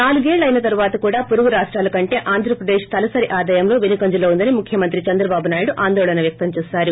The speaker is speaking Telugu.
నాలుగేళ్ల అయిన తరువాత కూడా పొరుగు రాష్టాల కంటే ఆంధ్రప్రదేశ్ తలసరి ఆదాయంలో వెనుకంజలో ఉందని ముఖ్యమంత్రి చంద్రబాబు నాయుడు ఆందోళన వ్యక్తం చేశారు